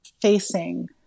facing